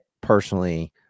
personally